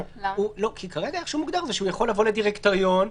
כרגע מוגדר שהוא יכול לבוא לדירקטוריון,